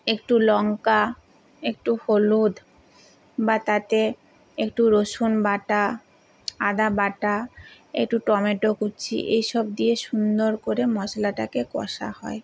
একটু লঙ্কা একটু হলুদ বা তাতে একটু রসুন বাটা আদা বাটা একটু টমেটো কুচি এই সব দিয়ে সুন্দর করে মশলাটাকে কষা হয়